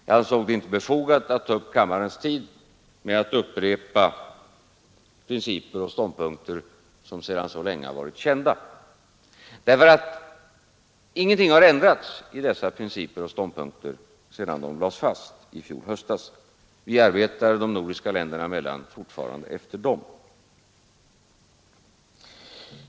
Jag ansåg det inte befogat att ta upp kammarens tid med att upprepa principer och ståndpunkter som sedan så länge har varit kända. Ingenting har nämligen ändrats i dessa principer och ståndspunkter sedan de lades fast förra hösten. Vi arbetar de nordiska länderna emellan fortfarande efter dem.